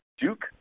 Duke